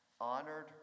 honored